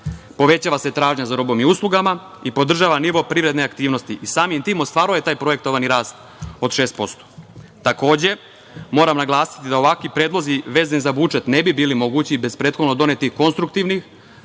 povećava se tražnja za robom i uslugama i podržava nivo privredne aktivnosti i samim tim ostvaruje taj projektovani rast od 6%.Takođe, moram naglasiti da ovakvi predlozi vezani za budžet ne bi bili mogući bez prethodno donetih konstruktivnih